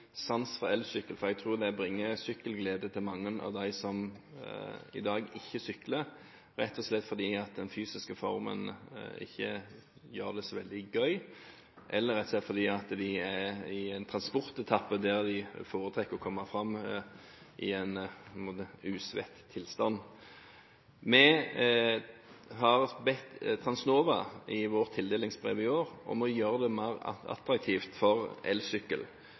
sans for elsykkel, for jeg tror det bringer sykkelglede til mange av dem som i dag ikke sykler, rett og slett fordi den fysiske formen ikke gjør det så veldig gøy, eller rett og slett fordi de er i en transportetappe der de foretrekker å komme fram i en «usvett» tilstand. Vi har bedt Transnova i vårt tildelingsbrev i år om å gjøre det mer attraktivt for elsykkel,